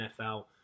NFL